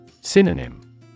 Synonym